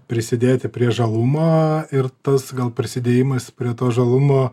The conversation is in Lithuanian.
prisidėti prie žalumo ir tas gal prisidėjimas prie to žalumo